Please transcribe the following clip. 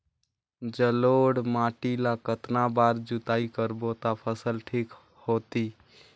जलोढ़ माटी ला कतना बार जुताई करबो ता फसल ठीक होती?